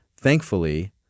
Thankfully—